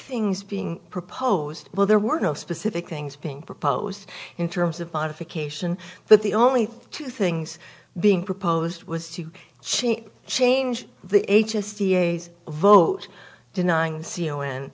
things being proposed well there were no specific things being proposed in terms of modification but the only two things being proposed was to she change the h s t a's vote denying